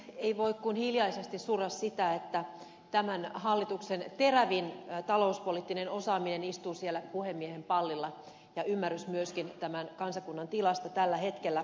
ei voi kuin hiljaisesti surra sitä että tämän hallituksen terävin talouspoliittinen osaaminen istuu siellä puhemiehen pallilla ja ymmärrys myöskin tämän kansakunnan tilasta tällä hetkellä